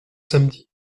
samedi